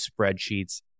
spreadsheets